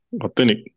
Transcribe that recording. Authentic